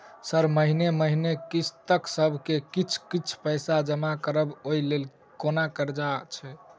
Sir महीने महीने किस्तसभ मे किछ कुछ पैसा जमा करब ओई लेल कोनो कर्जा छैय?